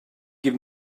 give